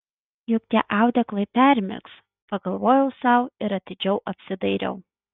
juk tie audeklai permirks pagalvojau sau ir atidžiau apsidairiau